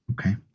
Okay